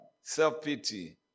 self-pity